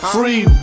Free